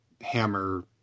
hammer